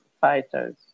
fighters